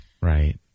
right